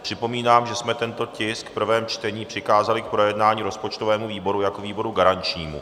Připomínám, že jsme tento tisk v prvém čtení přikázali k projednání rozpočtovému výboru jako výboru garančnímu.